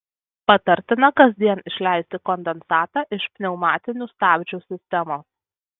patartina kasdien išleisti kondensatą iš pneumatinių stabdžių sistemos